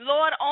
Lord